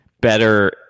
better